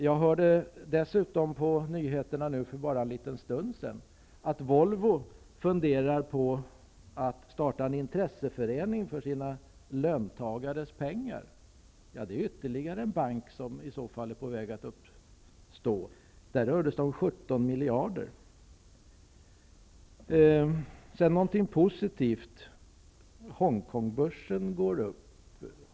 Jag hörde dessutom på nyheterna för bara en liten stund sedan att Volvo funderar på att starta en intresseförening för sina löntagares pengar. Det är ytterligar en bank som i så fall är på väg att uppstå. Där rör det sig om 17 miljarder. Sedan något positivt: Hong Kong-börsen går upp.